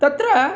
तत्र